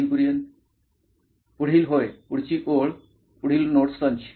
Nitin Kurian COO nine electronics पुढील होय पुढची ओळ पुढील नोट्स संच